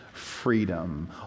Freedom